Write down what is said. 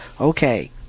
okay